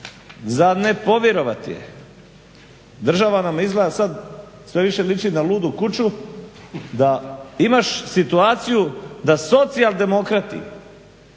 za ne povjerovati je država nam izgleda sada sve više liči na ludu kuću da imaš situaciju da socijaldemokrati